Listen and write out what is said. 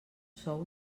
sou